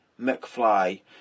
McFly